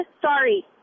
sorry